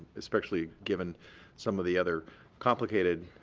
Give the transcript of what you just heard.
especially given some of the other complicated